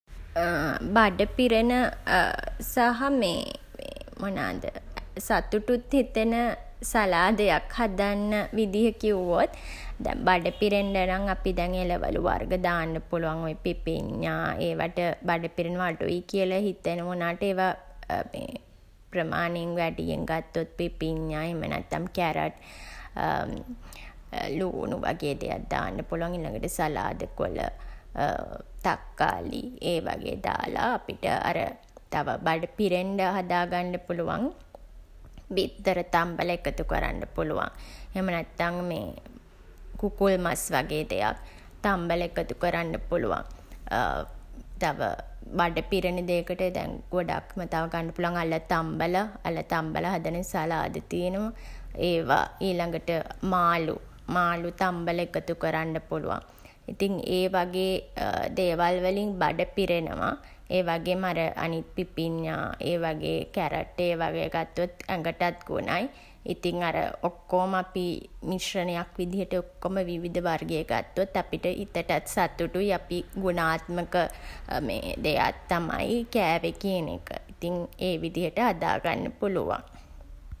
බඩ පිරෙන සහ මේ මොනාද සතුටුත් හිතෙන සලාදයක් හදන්න විදිහ කිව්වොත් දැන් බඩ පිරෙන්න නම් අපි දැන් එළවලු වර්ග දාන්න පුළුවන්. ඔය පිපිඤ්ඤා. ඒවාට බඩ පිරෙනවා අඩුයි කියලා හිතෙනවා වුණාට ඒවා ප්‍රමාණයෙන් වැඩියෙන් ගත්තොත් පිපින්නා, එහෙම නැත්තන් කැරට් ළූණු වගේ දෙයක් දාන්න පුළුවන්. ඊළඟට සලාද කොළ තක්කාලි ඒ වගේ දාලා අපිට අර තව බඩ පිරෙන්ඩ හදාගන්න පුළුවන්. බිත්තර තම්බලා එකතු කරන්න පුළුවන්. එහෙම නැත්තන් මේ කුකුල් මස් වගේ දෙයක් තම්බලා එකතු කරන්ඩ පුළුවන්. තව බඩ පිරෙන දේකට දැන් ගොඩක්ම තව ගන්න පුළුවන් අල තම්බලා. අල තම්බලා හදන සලාද තියනවා ඒවා. ඊළඟට මාළු. මාළු තම්බලා එකතු කරන්න පුළුවන්. ඉතින් ඒ වගේ දේවල් වලින් බඩ පිරෙනවා. ඒවගේම අර අනිත් පිපිඤ්ඤා ඒ වගේ කැරට් ඒ වගේ ගත්තොත් ඇඟටත් ගුණයි. ඉතින් අර ඔක්කෝම අපි මිශ්‍රණයක් විදිහට ඔක්කොම විවිධ වර්ගයේ ගත්තොත් අපිට හිතටත් සතුටුයි. අපි ගුණාත්මක දෙයක් තමයි කෑවෙ කියන එක. ඉතින් ඒ විදිහට හදාගන්න පුළුවන්.